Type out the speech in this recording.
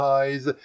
Eyes